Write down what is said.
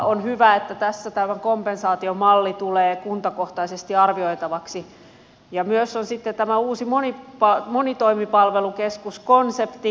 on hyvä että tässä tämä kompensaatiomalli tulee kuntakohtaisesti arvioitavaksi ja sitten on myös tämä uusi monitoimipalvelukeskuskonsepti